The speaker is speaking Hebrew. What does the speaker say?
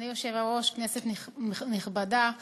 אדוני היושב-ראש, כנסת נכבדה,